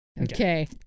Okay